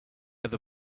other